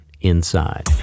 inside